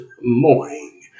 morning